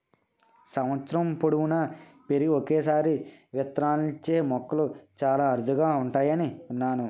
సంవత్సరం పొడువునా పెరిగి ఒక్కసారే విత్తనాలిచ్చే మొక్కలు చాలా అరుదుగా ఉంటాయని విన్నాను